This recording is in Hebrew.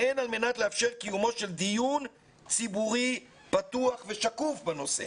והן על מנת לאפשר קיומו של דיון ציבורי פתוח ושקוף בנושא